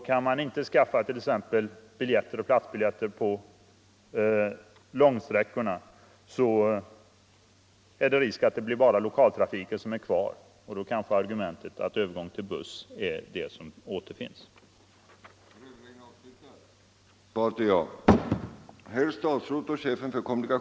Kan man inte köpa biljetter för längre resor på småstationerna är det risk för att bara lokaltrafiken blir kvar, och då kanske en övergång till bussresor är det enda som återstår.